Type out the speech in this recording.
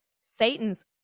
satan's